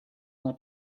not